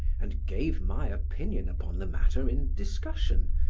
and gave my opinion upon the matter in discussion,